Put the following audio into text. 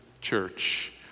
church